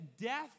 death